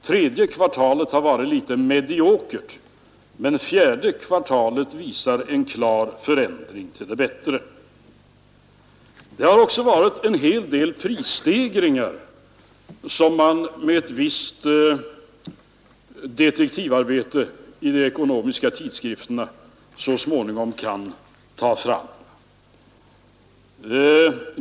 Tredje kvartalet har varit litet mediokert, men fjärde kvartalet visar en klar förändring till det bättre. Det har också varit en hel del prisstegringar, som man med ett visst detektivarbete i de ekonomiska tidskrifterna så småningom kan ta fram.